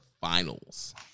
finals